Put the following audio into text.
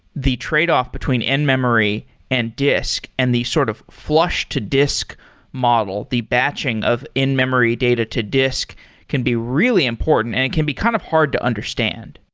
the tradeoff between in-memory and disk and the sort of flush to disk model, the batching of in-memory to disk can be really important and it can be kind of hard to understand.